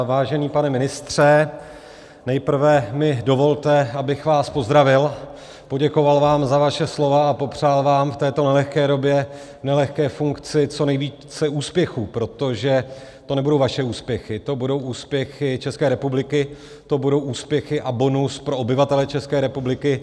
Vážený pane ministře, nejprve mi dovolte, abych vás pozdravil, poděkoval vám za vaše slova a popřál vám v této nelehké době, nelehké funkci co nejvíce úspěchů, protože to nebudou vaše úspěchy, to budou úspěchy České republiky, to budou úspěchy a bonus pro obyvatele České republiky.